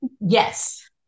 Yes